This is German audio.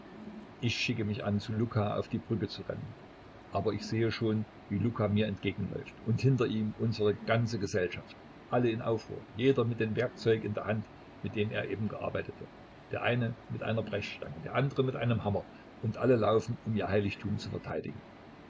ich schicke mich an zu luka auf die brücke zu laufen aber ich sehe schon wie luka mir entgegenläuft und hinter ihm unsere ganze gesellschaft alle in aufruhr jeder mit dem werkzeug in der hand mit dem er eben gearbeitet hat der eine mit einer brechstange der andere mit einem hammer und alle laufen um ihr heiligtum zu verteidigen